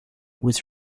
was